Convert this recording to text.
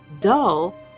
Dull